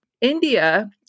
India